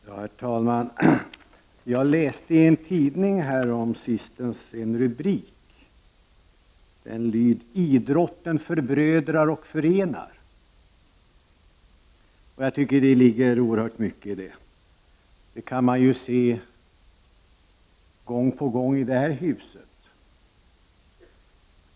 Herr talman! Jag läste i en tidning häromsistens en rubrik som löd: ”Idrotten förbrödrar och förenar.” Jag tycker att det ligger oerhört mycket i det. Det kan man se gång på gång också i det här huset.